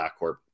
backcourt